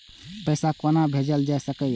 पैसा कोना भैजल जाय सके ये